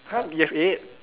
!huh! you have eight